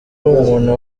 umuntu